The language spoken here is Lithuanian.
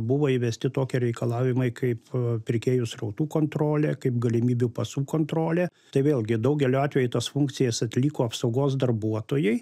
buvo įvesti tokie reikalavimai kaip pirkėjų srautų kontrolė kaip galimybių pasų kontrolė tai vėlgi daugeliu atveju tas funkcijas atliko apsaugos darbuotojai